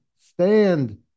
stand